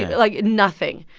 like, nothing.